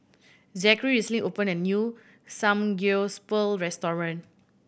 Zakary recently opened a new Samgyeopsal restaurant